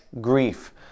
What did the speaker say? grief